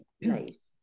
Nice